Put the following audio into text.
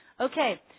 Okay